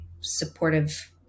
supportive